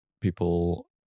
people